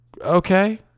okay